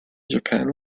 japan